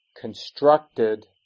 constructed